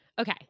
Okay